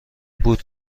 بود